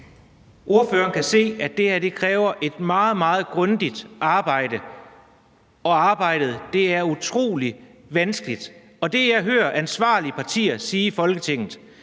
Ordføreren kan se, at det her kræver et meget, meget grundigt arbejde, og arbejdet er utrolig vanskeligt. Det, jeg hører ansvarlige partier sige i Folketinget,